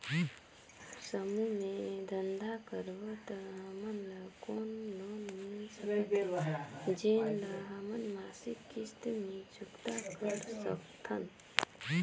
समूह मे धंधा करबो त हमन ल कौन लोन मिल सकत हे, जेन ल हमन मासिक किस्त मे चुकता कर सकथन?